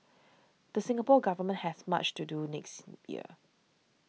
the Singapore Government has much to do next year